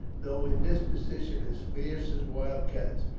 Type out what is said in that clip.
though in disposition as fierce as wild cats,